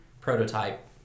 prototype